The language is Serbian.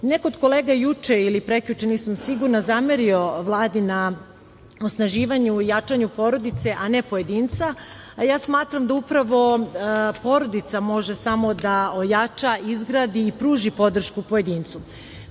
je od kolega juče ili prekjuče, nisam sigurna, zamerio je Vladi na osnaživanju i jačanju porodice, a ne pojedinca, a ja smatram da upravo porodica može samo da ojača, izgradi i pruži podršku pojedincu. Kroz